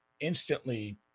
instantly